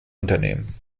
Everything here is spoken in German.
unternehmen